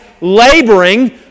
laboring